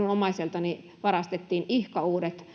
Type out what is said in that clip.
minun omaiseltani varastettiin ihka uudet